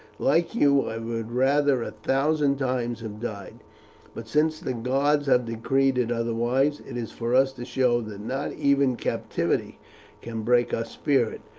like you, i would rather a thousand times have died but since the gods have decreed it otherwise, it is for us to show that not even captivity can break our spirit,